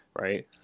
right